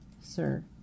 Sir